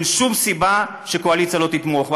אין שום סיבה שהקואליציה לא תתמוך,